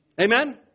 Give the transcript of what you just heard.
Amen